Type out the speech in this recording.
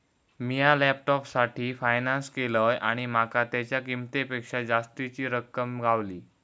मिया लॅपटॉपसाठी फायनांस केलंय आणि माका तेच्या किंमतेपेक्षा जास्तीची रक्कम गावली